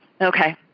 Okay